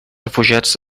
refugiats